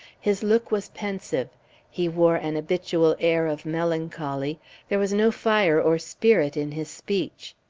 his look was pensive he wore an habitual air of melancholy there was no fire or spirit in his speech.